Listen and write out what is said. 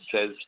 says